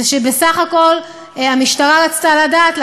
זה שבסך הכול המשטרה רצתה לדעת,